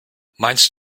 meinst